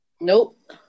Nope